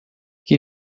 que